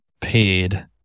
paid